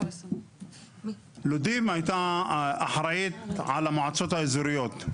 לודים הייתה אחראית על המועצות האזוריות.